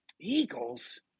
Eagles